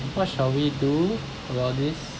what shall we do about this